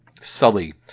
sully